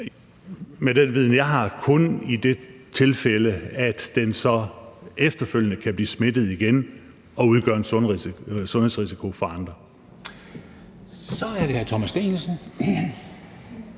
Med den viden, jeg har, er det kun i det tilfælde, at den så efterfølgende kan blive smittet igen og udgøre en sundhedsrisiko for andre. Kl. 19:20 Formanden